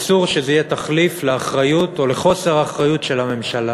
אסור שזה יהיה תחליף לאחריות או לחוסר האחריות של הממשלה.